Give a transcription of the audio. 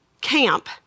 camp